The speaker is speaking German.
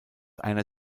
einer